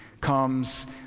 comes